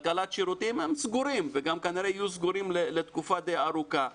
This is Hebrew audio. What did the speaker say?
כלכלת שירותים הם סגורים וגם כנראה יהיו סגורים לתקופה די ארוכה.